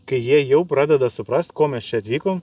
kai jie jau pradeda suprast ko mes čia atvykom